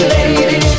Lady